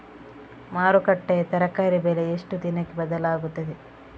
ಮಾರುಕಟ್ಟೆಯ ತರಕಾರಿ ಬೆಲೆ ಎಷ್ಟು ದಿನಕ್ಕೆ ಬದಲಾಗುತ್ತದೆ?